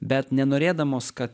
bet nenorėdamos kad